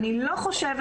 אני לא חושבת